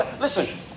Listen